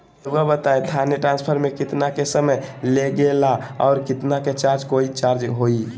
रहुआ बताएं थाने ट्रांसफर में कितना के समय लेगेला और कितना के चार्ज कोई चार्ज होई?